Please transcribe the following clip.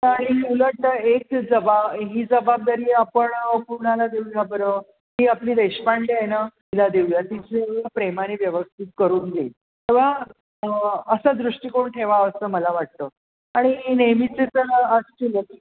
तर ही मुलं एक जबा ही जबाबदारी आपण कुणाला देऊया बरं ही आपली देशपांडे आहे ना तिला देऊया तिच हे प्रेमाने व्यवस्थित करून देईल तेव्हा असा दृष्टिकोन ठेवावा असं मला वाटतं आणि नेहमीची तर असतीलच